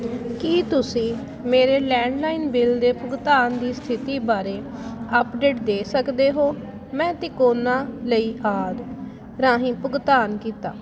ਕੀ ਤੁਸੀਂ ਮੇਰੇ landline bill ਦੇ ਭੁਗਤਾਨ ਦੀ ਸਥਿਤੀ ਬਾਰੇ ਅਪਡੇਟ ਦੇ ਸਕਦੇ ਹੋ ਮੈਂ ਤਿਕੋਨਾ ਲਈ ਆਦਿ ਰਾਹੀਂ ਭੁਗਤਾਨ ਕੀਤਾ